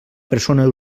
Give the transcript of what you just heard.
persona